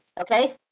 Okay